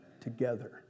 together